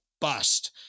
bust